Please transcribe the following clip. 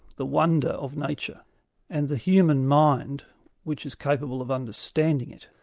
the wonder of nature and the human mind which is capable of understanding it.